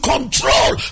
control